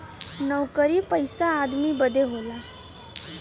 नउकरी पइसा आदमी बदे होला